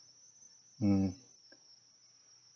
mm